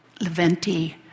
Leventi